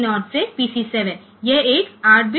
તેથી port C એ PC 0 થી PC 7 છે અને ફરીથી આ 8 બીટ પોર્ટ છે